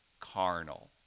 carnal